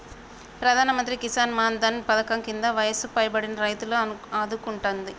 ప్రధానమంత్రి కిసాన్ మాన్ ధన్ పధకం కింద వయసు పైబడిన రైతులను ఆదుకుంటుంది